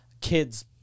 kids